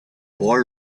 boy